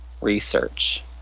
research